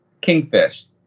kingfish